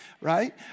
right